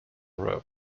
row